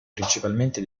principalmente